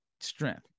strength